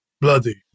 Bloody